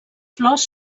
flors